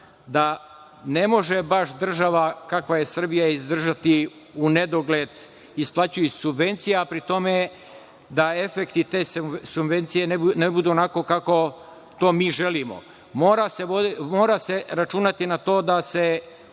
da ne može baš država kakva je Srbija izdržati u nedogled isplaćujući subvencije, a pri tome da efekti te subvencije ne budu onakvi kakve mi želimo. Mora se računati na to da se